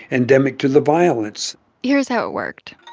endemic to the violence here's how it worked.